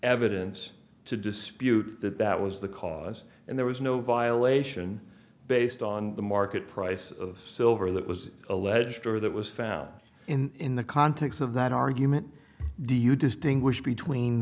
evidence to dispute that that was the cause and there was no violation based on the market price of silver that was alleged or that was found in the context of that argument do you distinguish between